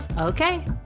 okay